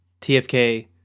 TFK